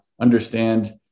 understand